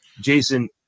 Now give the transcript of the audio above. Jason